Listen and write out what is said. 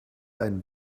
einen